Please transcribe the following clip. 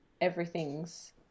everything's